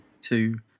two